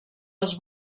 els